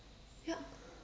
yup